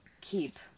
keep